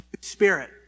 spirit